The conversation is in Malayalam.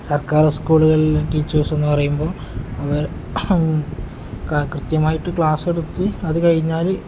സർക്കാർ സ്കൂളുകളിലെ ടീച്ചേഴ്സ് എന്ന് പറയുമ്പോൾ അവർ കൃത്യമായിട്ട് ക്ലാസ്സെടുത്ത് അത് കഴിഞ്ഞാൽ